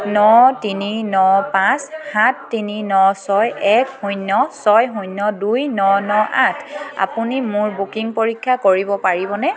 ন তিনি ন পাঁচ সাত তিনি ন ছয় এক শূন্য ছয় শূন্য দুই ন ন আঠ আপুনি মোৰ বুকিং পৰীক্ষা কৰিব পাৰিবনে